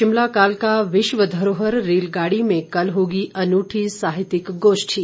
शिमला कालका विश्व धरोहर रेलगाड़ी में कल होगी अनूठी साहित्यिक गोष्ठी